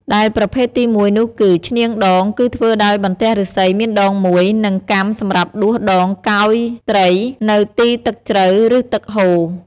ដែលប្រភេទទីមួយនោះគឺ ឈ្នាងដង គឹធ្វើដោយបន្ទះឫស្សីមានដង១ និងកាំសម្រាប់ដួសដងកោយត្រី នៅទីទឹកជ្រៅ ឬទឹកហូរ។